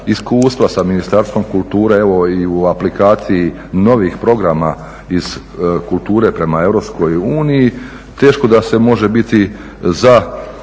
iskustva sa Ministarstvom kulture evo i u aplikaciji novih programa kulture prema EU, teško da se može biti za